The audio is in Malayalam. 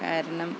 കാരണം